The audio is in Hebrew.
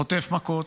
חוטף מכות,